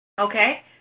Okay